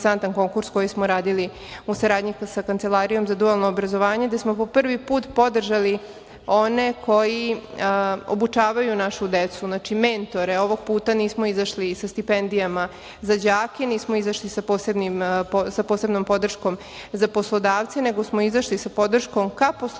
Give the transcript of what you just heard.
koji smo radili u saradnji sa Kancelarijom za dualno obrazovanje, gde smo po prvi put podržali one koji obučavaju našu decu, znači mentore. Ovoga puta nismo izašli sa stipendijama za đake, nismo izašli sa posebnom podrškom za poslodavce, nego smo izašli sa podrškom ka poslodavcima